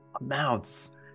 amounts